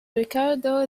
ricardo